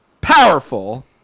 powerful